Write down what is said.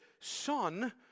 Son